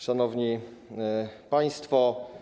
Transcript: Szanowni Państwo!